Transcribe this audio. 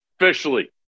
Officially